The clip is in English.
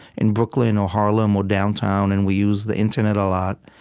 in brooklyn or harlem or downtown, and we use the internet a lot.